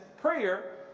prayer